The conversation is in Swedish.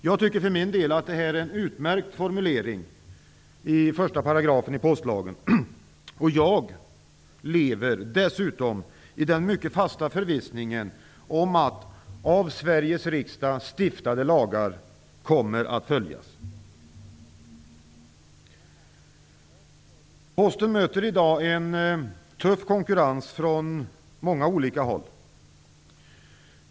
Jag tycker för min del att det är en utmärkt formulering i 1 § i postlagen, och jag lever dessutom i den mycket fasta förvissningen att lagar som är stiftade av Sveriges riksdag kommer att följas. Posten möter i dag en tuff konkurrens från många olika håll.